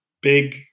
big